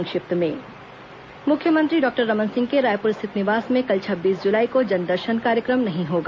संक्षिप्त समाचार मुख्यमंत्री डॉक्टर रमन सिंह के रायपुर स्थित निवास में कल छब्बीस जुलाई को जनदर्शन कार्यक्रम नहीं होगा